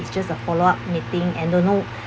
it's just the follow up meeting and don't know